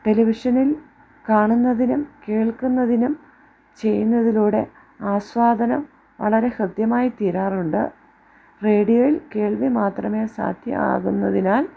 ടെലിവിഷനിൽ കാണുന്നതിനും കേൾക്കുന്നതിനും ചെയ്യുന്നതിലൂടെ ആസ്വാദനം വളരെ ഹൃദ്യമായിത്തീരാറുണ്ട് റേഡിയോയിൽ കേൾവി മാത്രമേ സാധ്യം ആകുന്നതിനാൽ